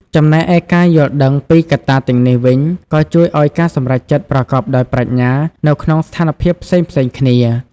ចំណែកឯការយល់ដឹងពីកត្តាទាំងនេះវិញក៏ជួយឲ្យការសម្រេចចិត្តប្រកបដោយប្រាជ្ញា នៅក្នុងស្ថានភាពផ្សេងៗគ្នា។